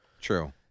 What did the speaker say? True